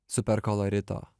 super kolorito